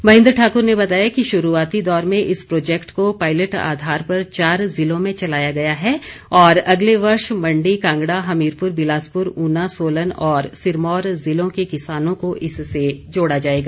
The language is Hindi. महेन्द्र ठाकुर ने बताया कि शुरूआती दौर में इस प्रॉजेक्ट को पाईलेट आधार पर चार जिलों में चलाया गया है और अगले वर्ष मंडी कांगड़ा हमीरपुर बिलासपुर ऊना सोलन और सिरमौर जिलों के किसानों को इससे जोड़ा जाएगा